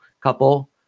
couple